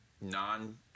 non-